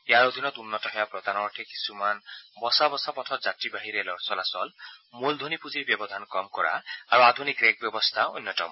ইয়াৰ অধীনত উন্নত সেৱা প্ৰদানৰ অৰ্থে কিছুমান বচা বচা পথত যাত্ৰীবাহী ৰে'ল চলাচল মূলধনী পূঁজিৰ ব্যৱধান কম কৰা আৰু আধুনিক ৰেক ব্যৱস্থাও অন্যতম